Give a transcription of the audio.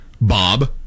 Bob